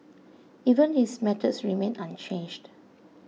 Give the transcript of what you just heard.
even his methods remain unchanged